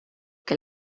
que